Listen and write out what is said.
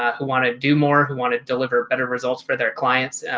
ah who want to do more who want to deliver better results for their clients.